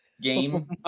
game